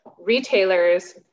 retailers